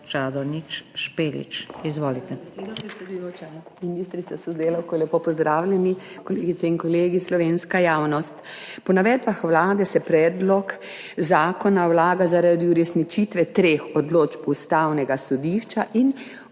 Čadonič Špelič. Izvolite.